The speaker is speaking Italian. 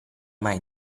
mai